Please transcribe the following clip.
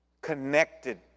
connected